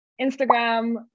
instagram